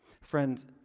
Friends